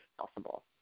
possible